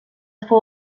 fou